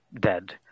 dead